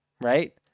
right